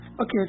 Okay